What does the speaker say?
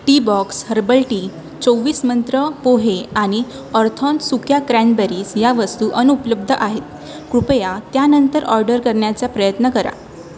Teabox herbal tea चोवीस मंत्र पोहे आणि ऑर्थॉन सुक्या क्रॅनबेरीज या वस्तू अनुपलब्ध आहेत कृपया त्यानंतर ऑर्डर करण्याचा प्रयत्न करा